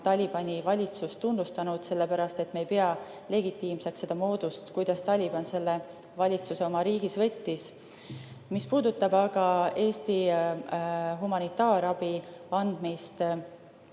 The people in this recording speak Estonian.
Talibani valitsust tunnustanud, sellepärast et me ei pea legitiimseks seda moodust, kuidas Taliban selle valitsuse oma riigis võimule sai. Mis puudutab aga Eesti humanitaarabi andmist